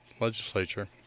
legislature